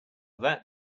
that